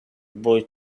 boy